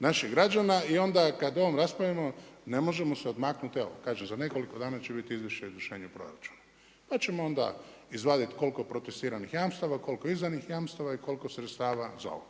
naših građana i onda kada o ovome raspravljamo ne možemo se odmaknuti evo kažem, za nekoliko dana će biti izvješće o izvršenju proračuna pa ćemo onda izvaditi koliko … jamstava, koliko izdanih jamstava i koliko sredstava za ovo.